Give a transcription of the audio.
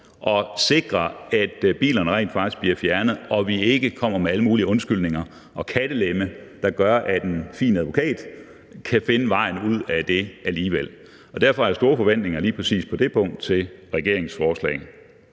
og sikre, at bilerne rent faktisk bliver fjernet, og at vi ikke kommer med alle mulige undskyldninger og kattelemme, der gør, at en fin advokat kan finde vejen ud af det alligevel. Og derfor har jeg store forventninger på lige præcis det punkt til regeringens forslag.